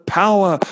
power